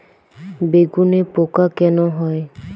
বেগুনে পোকা কেন হয়?